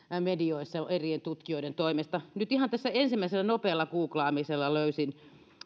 medioissa eri tutkijoiden toimesta nyt ihan tässä ensimmäisellä nopealla googlaamisella löysin